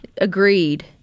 agreed